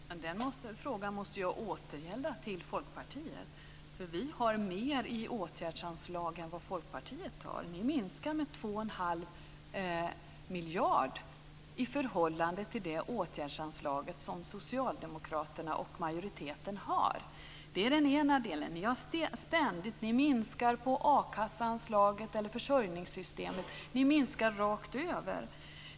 Fru talman! Den frågan måste jag återgälda till Folkpartiet. Vi har mer i åtgärdsanslag än vad Folkpartiet har. Ni minskar med två och en halv miljard i förhållande till det åtgärdsanslag som Socialdemokraterna och majoriteten har. Det är den ena delen. Ni minskar på a-kasseanslaget eller försörjningssystemet. Ni minskar rakt över.